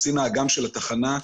קצין האג"מ של התחנה,